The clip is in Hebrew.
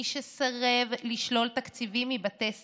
מי שסירב לשלול תקציבים מבתי ספר,